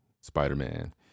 Spider-Man